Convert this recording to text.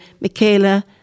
Michaela